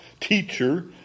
teacher